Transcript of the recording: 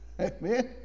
Amen